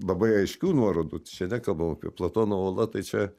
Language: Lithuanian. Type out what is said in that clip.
labai aiškių nuorodų čia nekalbam apie platono ola tai čia